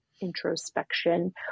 introspection